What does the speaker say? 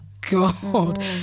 god